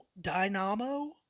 dynamo